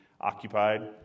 occupied